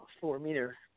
four-meter